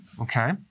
Okay